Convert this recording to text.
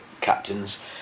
captains